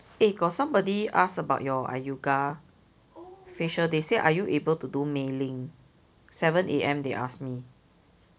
eh somebody got ask about your Iuiga facial they say are you able to do mailing seven A_M they ask me